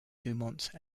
dumont